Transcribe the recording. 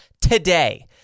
today